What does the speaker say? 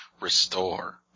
Restore